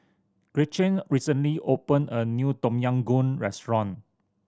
Gretchen recently opened a new Tom Yam Goong restaurant